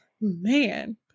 man